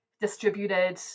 distributed